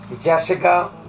Jessica